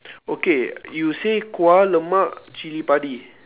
okay you say kuah lemak cili padi